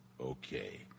Okay